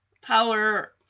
Power